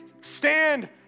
Stand